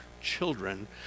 children